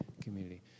community